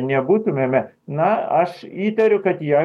nebūtumėme na aš įtariu kad jie